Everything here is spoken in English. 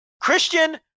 Christian